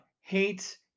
hate